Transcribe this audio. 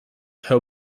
her